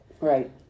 Right